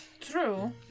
True